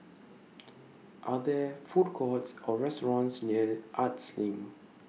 Are There Food Courts Or restaurants near Arts LINK